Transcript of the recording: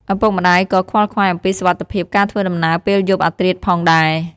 ឪពុកម្តាយក៏ខ្វល់ខ្វាយអំពីសុវត្ថិភាពការធ្វើដំណើរពេលយប់អាធ្រាតផងដែរ។